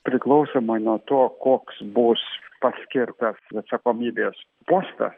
priklausomai nuo to koks bus paskirtas atsakomybės postas